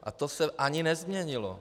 A to se ani nezměnilo.